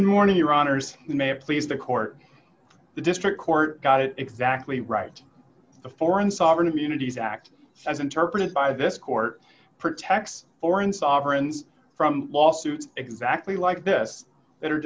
and morning your honour's may please the court the district court got it exactly right the foreign sovereign immunity is act as interpreted by this court protects foreign sovereigns from lawsuits exactly like this that are